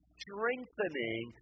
strengthening